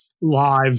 live